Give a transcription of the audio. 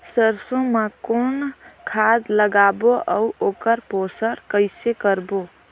सरसो मा कौन खाद लगाबो अउ ओकर पोषण कइसे करबो?